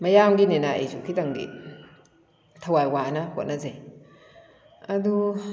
ꯃꯌꯥꯝꯒꯤꯅꯤꯅ ꯑꯩꯁꯨ ꯈꯤꯇꯪꯗꯤ ꯊꯋꯥꯏ ꯋꯥꯅ ꯍꯣꯠꯅꯖꯩ ꯑꯗꯣ